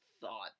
thought